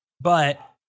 but-